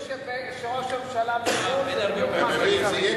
ביום שראש הממשלה בחו"ל זה בדיוק מה שצריך,